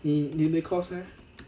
你你的 course eh